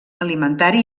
alimentari